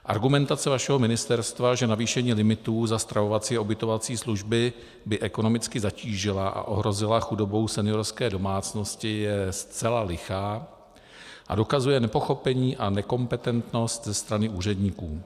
Argumentace vašeho ministerstva, že navýšení limitů za stravovací a ubytovací služby by ekonomicky zatížila a ohrozila chudobou seniorské domácnosti, je zcela lichá a dokazuje nepochopení a nekompetentnost ze strany úředníků.